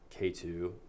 K2